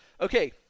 Okay